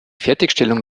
fertigstellung